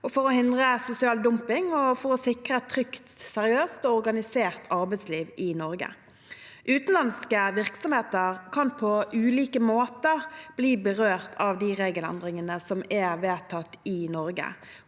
for å hindre sosial dumping og sikre et trygt, seriøst og organisert arbeidsliv i Norge. Utenlandske virksomheter kan på ulike måter bli berørt av de regelendringene som er vedtatt i Norge.